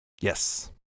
Yes